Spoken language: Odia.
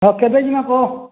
ହଁ କେବେ ଯିମା କହ